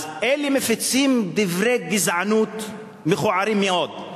אלה מפיצים דברי גזענות מכוערים מאוד,